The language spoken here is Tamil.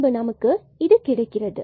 பின்பு நமக்கு இது கிடைக்கிறது